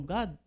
God